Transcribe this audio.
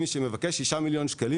מי שמבקש 6 מיליון ₪,